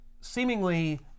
seemingly